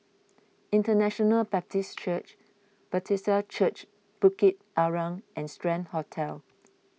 International Baptist Church Bethesda Church Bukit Arang and Strand Hotel